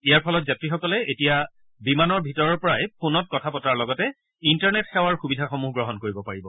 ইয়াৰ ফলত যাত্ৰীসকলে এতিয়া বিমানৰ ভিতৰৰ পৰা ফোনত কথা পতাৰ লগতে ইণ্টাৰনেট সেৱাৰ সুবিধাসমূহ গ্ৰহণ কৰিব পাৰিব